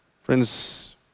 Friends